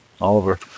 Oliver